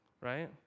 right